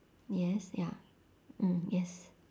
yes ya mm yes